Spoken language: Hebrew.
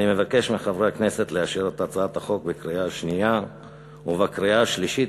אני מבקש מחברי הכנסת לאשר את הצעת החוק בקריאה השנייה ובקריאה השלישית,